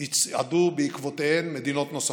יצעדו בעקבותיהן מדינות נוספות.